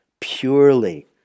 purely